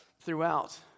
throughout